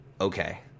Okay